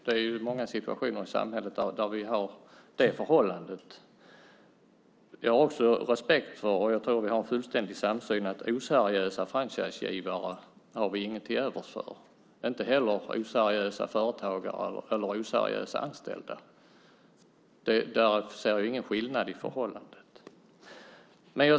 Det finns många situationer i samhället där det förhållandet råder. Jag tror att vi har en fullständig samsyn om att vi inte har något till övers för oseriösa franchisegivare, och inte heller för oseriösa företagare eller oseriösa anställda. Där ser jag ingen skillnad i förhållandet.